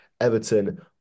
everton